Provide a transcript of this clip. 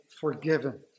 forgiven